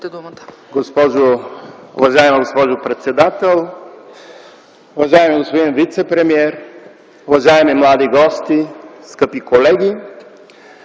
(ДПС): Уважаема госпожо председател, уважаеми господин вицепремиер, уважаеми млади гости, скъпи колеги!